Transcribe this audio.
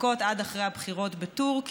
לחכות עד אחרי הבחירות בטורקיה.